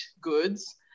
goods